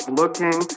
looking